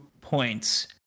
points